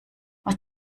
was